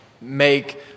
make